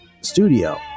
studio